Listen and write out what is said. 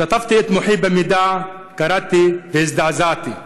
שטפתי את מוחי במידע, קראתי והזדעזעתי.